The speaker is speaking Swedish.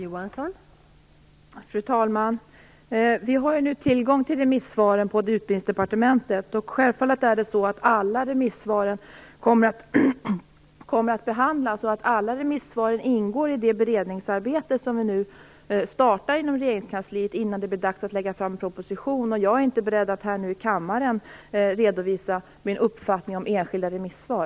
Fru talman! Vi har nu tillgång till remissvaren på Utbildningsdepartementet. Självfallet kommer alla remissvaren att behandlas. Alla remissvar ingår i det beredningsarbete som vi nu startar inom regeringskansliet innan det blir dags att lägga fram en proposition. Jag är inte beredd att här i kammaren nu redovisa min uppfattning om enskilda remissvar.